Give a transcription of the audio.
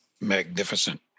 magnificent